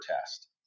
test